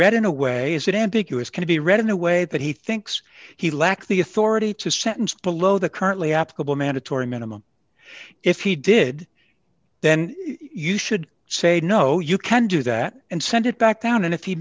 read in a way is it ambiguous can be read in a way that he thinks he lacks the authority to sentence below the currently applicable mandatory minimum if he did then you should say no you can't do that and send it back down and if he